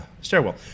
stairwell